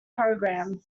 program